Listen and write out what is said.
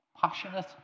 Passionate